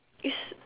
is